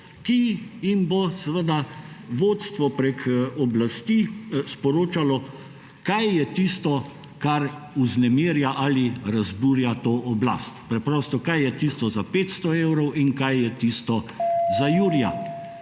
ki jim bo vodstvo prek oblasti sporočalo, kaj je tisto, kar vznemirja ali razburja to oblast, preprosto, kaj je tisto za 500 evrov in kaj je tisto za jurja.